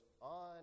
on